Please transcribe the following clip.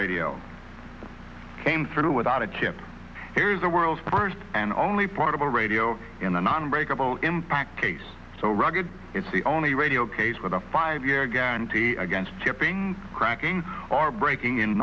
radio came through without a chip here is the world's first and only portable radio in the non breakable impact case so rugged it's the only radio case with a five year guarantee against shipping cracking are breaking in